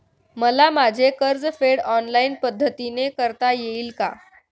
मला माझे कर्जफेड ऑनलाइन पद्धतीने करता येईल का?